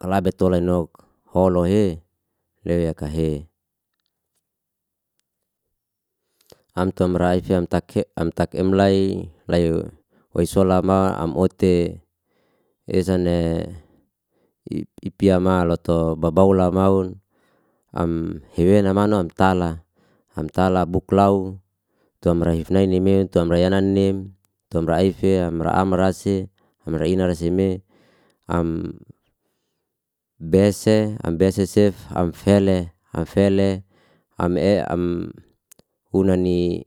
Alabe tola enok, holohe lei yakahe. Am tum raife am tak he am tak emlai, lai waisola ma am ote esan ipi yama loto babau la maun, am hiwe na ma no am tala buklau tu am raife ni meun tu am ra yana nim, tu am raife ma ama rase, am raina raseme am bese sef am fele am unani